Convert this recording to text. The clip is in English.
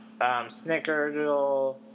Snickerdoodle